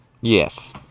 Yes